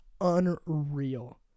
Unreal